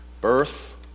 Birth